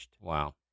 Wow